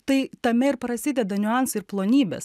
tai tame ir prasideda niuansai ir plonybės